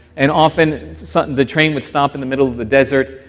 and often so often the train would stop in the middle of the desert,